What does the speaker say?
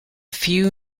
few